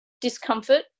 discomfort